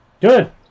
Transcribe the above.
good